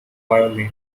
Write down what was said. violin